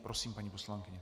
Prosím, paní poslankyně.